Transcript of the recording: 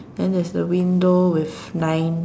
then there's the window with nine